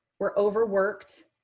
we're overworked.